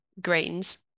grains